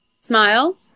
smile